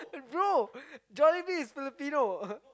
bro Jolibee is Filipino